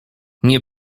nie